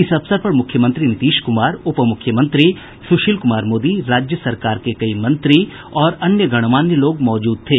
इस अवसर पर मुख्यमंत्री नीतीश कुमार उपमुख्यमंत्री सुशील कुमार मोदी राज्य सरकार के कई मंत्री और अन्य गणमान्य लोग मौजुद थे